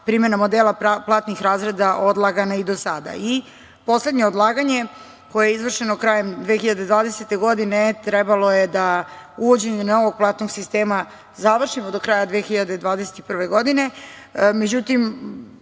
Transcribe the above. primena modela platnih razreda odlagana i do sada i poslednjim odlaganjem, koje je izvršeno krajem 2020. godine, trebalo je da uvođenje novog platnog sistema završimo do kraja 2021. godine.